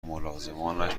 ملازمانش